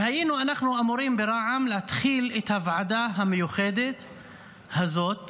והיינו אנחנו אמורים ברע"מ להתחיל את הוועדה המיוחדת הזאת,